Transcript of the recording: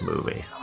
movie